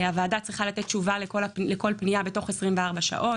הוועדה צריכה לתת תשובה לכל פנייה בתוך 24 שעות.